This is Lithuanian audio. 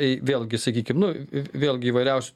vėlgi sakykim nu vėlgi įvairiausių